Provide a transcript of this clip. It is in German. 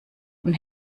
und